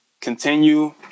continue